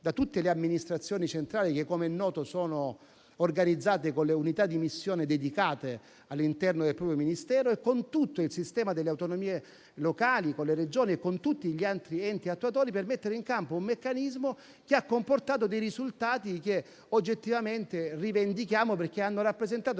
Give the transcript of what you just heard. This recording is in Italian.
da tutte le amministrazioni centrali che, come noto, sono organizzate con le unità di missione dedicate all'interno del proprio Ministero e con tutto il sistema delle autonomie locali, con le Regioni e gli altri enti attuatori. Tutto ciò al fine di mettere in campo un meccanismo che ha comportato degli effetti che rivendichiamo, perché hanno rappresentato